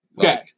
Okay